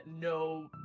no